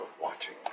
watching